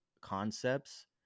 concepts